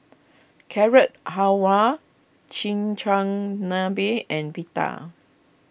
Carrot Halwa Chigenabe and Pita